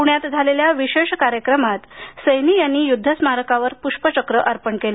पुण्यात झालेल्या विशेष कार्यक्रमात सैनी यांनी युद्धस्मारकवर पृष्पचक्र अर्पण केल